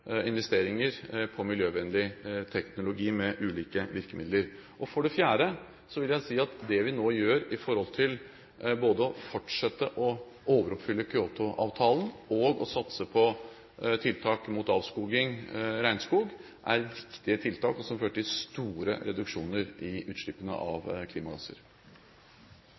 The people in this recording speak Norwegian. investeringer på miljøvennlig teknologi med ulike virkemidler. Og for det fjerde vil jeg si at det vi nå gjør med hensyn til både å fortsette å overoppfylle Kyoto-avtalen og å satse på tiltak mot avskoging av regnskog, er viktige tiltak som vil føre til store reduksjoner i utslippene av klimagasser.